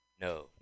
No